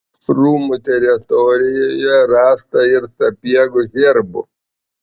rūmų teritorijoje rasta ir sapiegų herbų